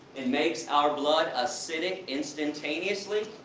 it makes our blood acidic, instantaneously?